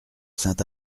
saint